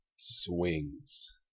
Swings